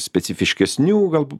specifiškesnių galb